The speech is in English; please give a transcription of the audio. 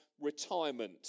retirement